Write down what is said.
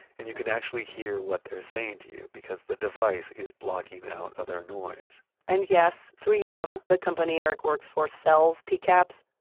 and you can actually hear what they're saying to you because the device is blocking out other noise and yes, three m, the company eric works for, sells tcaps,